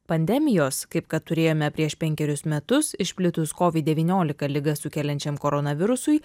pandemijos kaip kad turėjome prieš penkerius metus išplitus kovid devyniolika ligą sukeliančiam korona virusui